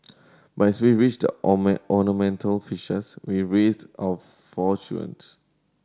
but as we raise the ornamental fishes we raised our four children